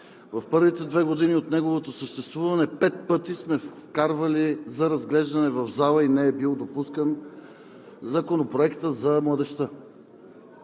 в първите две години от неговото съществуване пет пъти сме вкарвали за разглеждане в залата и не е бил допускан Законопроектът за младежта!